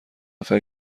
نفر